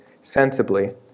sensibly